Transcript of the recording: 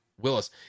Willis